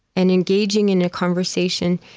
and engaging in a conversation,